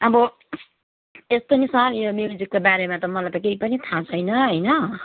अब यत्रो दिनसम्म यो म्युजिकको बारेमा त मलाई त केही पनि थाह छैन होइन